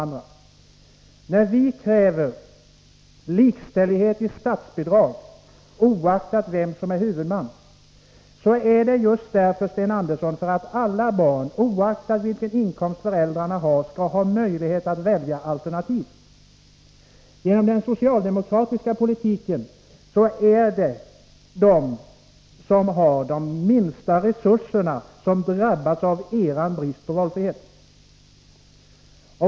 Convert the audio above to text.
När vi kräver likställighet i fråga om statsbidrag, oaktat vem som är huvudman, är det just för att alla barn, oavsett vilken inkomst föräldrarna har, skall ha möjlighet att välja alternativ. Genom den socialdemokratiska politiken är det de som har de minsta resurserna som drabbas av bristen av valfrihet.